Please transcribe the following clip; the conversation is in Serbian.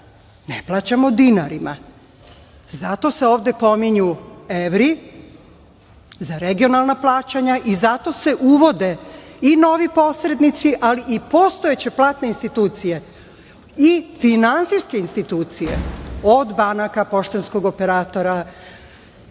ne plaćamo dinarima i zato se ovde pominju evri za regionalna plaćanja i zato se uvode i novi posrednici, ali i postojeće platne institucije i finansijske institucije: od banaka, poštanskog operatora,